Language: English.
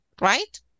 right